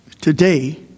today